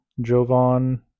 Jovan